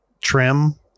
trim